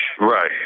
Right